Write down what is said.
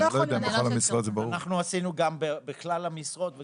אני לא יודע אם זה בכלל ברור למשרד.